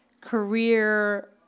career